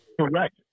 Correct